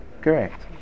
correct